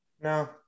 No